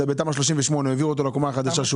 בתמ"א 38 העבירו אותו לקומה החדשה.